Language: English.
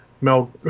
Mel